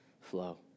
flow